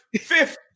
fifth